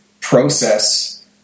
process